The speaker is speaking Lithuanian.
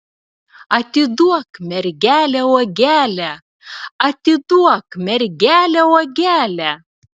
atiduok mergelę uogelę atiduok mergelę uogelę